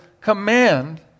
command